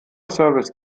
service